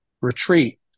retreat